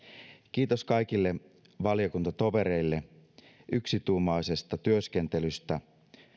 kiitos kaikille valiokuntatovereille yksituumaisesta työskentelystä